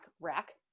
rack